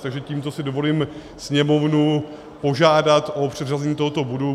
Takže tímto si dovoluji Sněmovnu požádat o předřazení tohoto bodu.